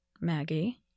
Maggie